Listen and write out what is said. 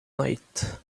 night